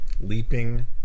leaping